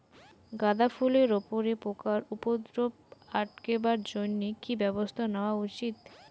গাঁদা ফুলের উপরে পোকার উপদ্রব আটকেবার জইন্যে কি ব্যবস্থা নেওয়া উচিৎ?